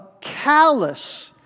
callous